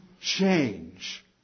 change